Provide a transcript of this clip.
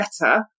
better